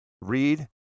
read